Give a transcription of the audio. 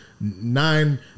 nine